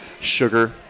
Sugar